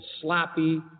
sloppy